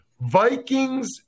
vikings